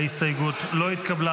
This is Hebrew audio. ההסתייגות לא התקבלה.